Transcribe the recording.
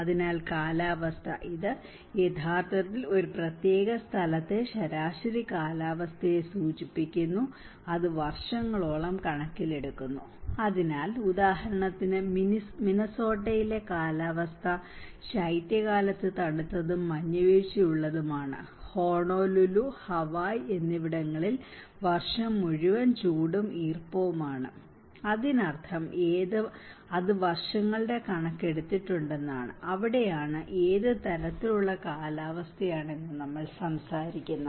അതിനാൽ കാലാവസ്ഥ ഇത് യഥാർത്ഥത്തിൽ ഒരു പ്രത്യേക സ്ഥലത്തെ ശരാശരി കാലാവസ്ഥയെ സൂചിപ്പിക്കുന്നു അത് വർഷങ്ങളോളം കണക്കിലെടുക്കുന്നു അതിനാൽ ഉദാഹരണത്തിന് മിനസോട്ടയിലെ കാലാവസ്ഥ ശൈത്യകാലത്ത് തണുത്തതും മഞ്ഞുവീഴ്ചയുള്ളതുമാണ് ഹൊണോലുലു ഹവായ് എന്നിവിടങ്ങളിൽ വർഷം മുഴുവനും ചൂടും ഈർപ്പവുമാണ് അതിനർത്ഥം അത് വർഷങ്ങളുടെ കണക്ക് എടുത്തിട്ടുണ്ടെന്നാണ് അവിടെയാണ് ഏത് തരത്തിലുള്ള കാലാവസ്ഥയാണ് എന്ന് നമ്മൾ സംസാരിക്കുന്നത്